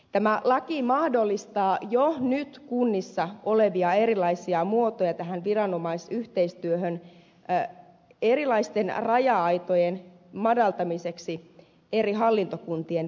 tämä laki mahdollistaa jo nyt erilaisia kunnissa olevia muotoja tähän viranomaisyhteistyöhön erilaisten raja aitojen madaltamiseksi eri hallintokuntien välillä